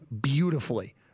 beautifully